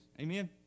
Amen